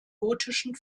gotischen